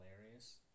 hilarious